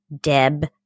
Deb